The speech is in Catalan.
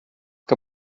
que